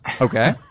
okay